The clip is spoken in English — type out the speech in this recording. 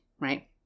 right